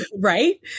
Right